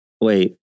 wait